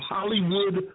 Hollywood